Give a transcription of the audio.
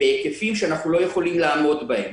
בהיקפים שאנחנו לא יכולים לעמוד בהם.